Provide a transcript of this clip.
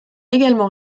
également